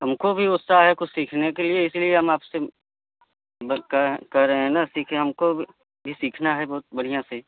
हमको भी उत्साह है कुछ सीखने के लिए इसीलिए हम आपसे बस कह कह रहे हैं ना सीखे हमको भी सीखना है बहुत बढ़िया से